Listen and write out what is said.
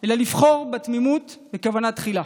אלא לבחור בתמימות בכוונת תחילה.